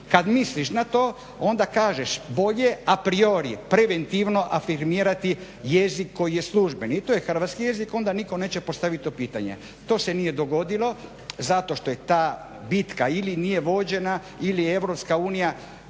kada misliš na to, onda kažeš bolje apriori, preventivno afirmirati jezik koji je službeni. I to je hrvatski jezik, onda nitko neće postaviti to pitanje. To se nije dogodilo zašto što je ta bitka, ili nije vođena ili je Europska unija